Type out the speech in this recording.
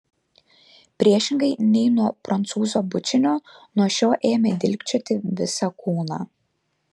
priešingai nei nuo prancūzo bučinio nuo šio ėmė dilgčioti visą kūną